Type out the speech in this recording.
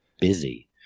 busy